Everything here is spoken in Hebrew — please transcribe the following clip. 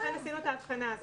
לכן עשינו את האבחנה הזאת.